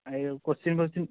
ଆଜ୍ଞା question question